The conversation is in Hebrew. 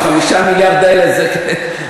ה-5 מיליארד האלה זה העניין,